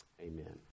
Amen